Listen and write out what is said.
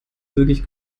wirklich